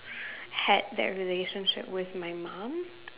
had that relationship with my mum